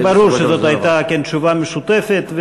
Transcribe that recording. ברור שזו הייתה תשובה משותפת.